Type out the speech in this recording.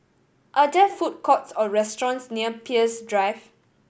are there food courts or restaurants near Peirce Drive